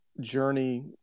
journey